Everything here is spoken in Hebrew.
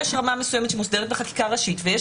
יש רמה מסוימת שמוסדרת בחקיקה ראשית ויש